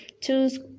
choose